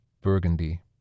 burgundy